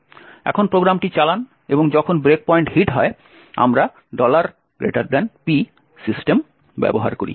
এখন প্রোগ্রামটি চালান এবং যখন ব্রেক পয়েন্ট হিট হয় আমরা p সিস্টেম ব্যবহার করি